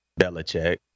Belichick